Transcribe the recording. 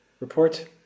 report